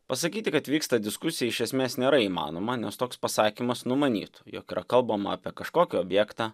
pasakyti kad vyksta diskusija iš esmės nėra įmanoma nes toks pasakymas nu manyt jog kalbama apie kažkokį objektą